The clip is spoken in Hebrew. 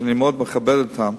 אני מאוד מכבד אותם,